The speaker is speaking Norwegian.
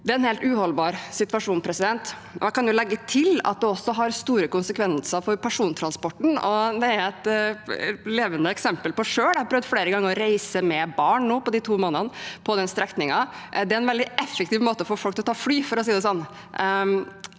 Det er en helt uholdbar situasjon. Jeg kan legge til at det også har store konsekvenser for persontransporten, og det er jeg et levende eksempel på selv. Jeg har prøvd flere ganger å reise med barn på den strekningen disse to månedene. Det er en veldig effektiv måte å få folk til å ta fly på, for å si det sånn.